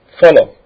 follow